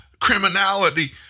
Criminality